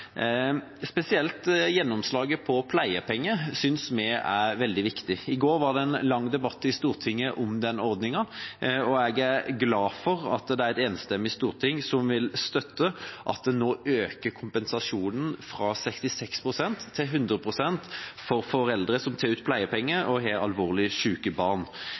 Spesielt gjennomslaget for pleiepenger syns vi er viktig. I går var det en lang debatt i Stortinget om den ordningen, og jeg er glad for at det er et enstemmig storting som vil støtte at en nå øker kompensasjonen fra 66 pst. til 100 pst. for foreldre som tar ut pleiepenger og har alvorlig sjuke barn.